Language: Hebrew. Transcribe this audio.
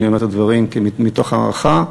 אני אומר את הדברים מתוך הערכה,